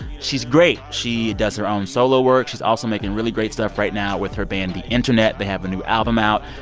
she's great. she does her own solo work. she's also making really great stuff right now with her band the internet. they have a new album out,